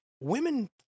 women